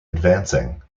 advancing